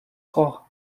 corps